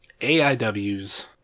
AIW's